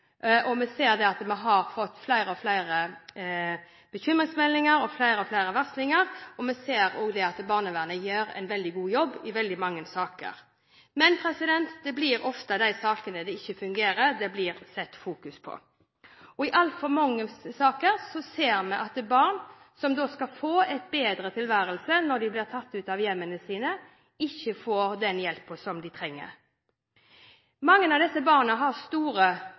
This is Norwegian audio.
Vi ser at vi har fått flere og flere bekymringsmeldinger og varslinger. Vi ser også at barnevernet gjør en veldig god jobb i veldig mange saker. Men det er ofte de sakene som ikke fungerer, det blir fokusert på. I altfor mange saker ser vi at barn som skal få en bedre tilværelse når de blir tatt ut av hjemmene sine, ikke får den hjelpen de trenger. Mange av disse barna har store